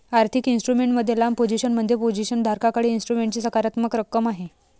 आर्थिक इन्स्ट्रुमेंट मध्ये लांब पोझिशन म्हणजे पोझिशन धारकाकडे इन्स्ट्रुमेंटची सकारात्मक रक्कम आहे